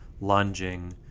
lunging